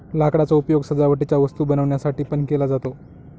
लाकडाचा उपयोग सजावटीच्या वस्तू बनवण्यासाठी पण केला जातो